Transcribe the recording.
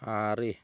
ᱟᱨᱮ